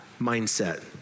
mindset